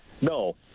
No